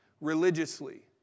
religiously